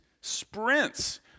sprints